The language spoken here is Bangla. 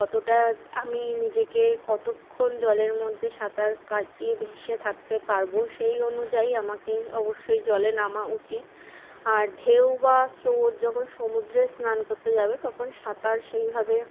কতোটা আমি নিজেকে কতোক্ষণ জলের মধ্যে সাঁতার কাটিয়ে ভেসে থাকতে পারবো সেই অনুযায়ী আমাকে অবশ্যই জলে নামা উচিত আর ঢেউ বা স্রোত যখন সমুদ্রে স্নান করতে যাবে তখন সাঁতার সেইভাবে